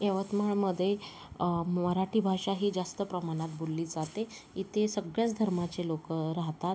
यवतमाळमधे मराठी भाषा ही जास्त प्रमाणात बोलली जाते इथे सगळ्याच धर्माचे लोकं राहतात